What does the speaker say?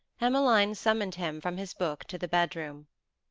emmeline summoned him from his book to the bedroom.